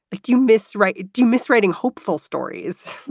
like do you miss right? do you miss writing hopeful stories?